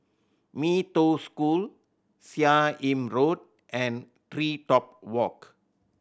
Mee Toh School Seah Im Road and TreeTop Walk